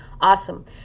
awesome